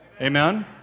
Amen